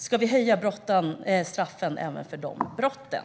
Ska vi höja straffen även för de brotten?